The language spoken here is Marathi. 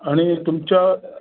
आणि तुमच्या